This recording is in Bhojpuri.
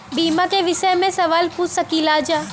बीमा के विषय मे सवाल पूछ सकीलाजा?